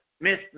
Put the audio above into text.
miss